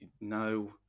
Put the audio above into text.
No